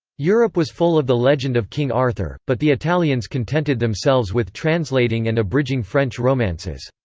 europe was full of the legend of king arthur, but the italians contented themselves with translating and abridging french romances.